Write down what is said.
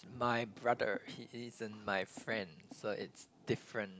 my brother he isn't my friend so it's different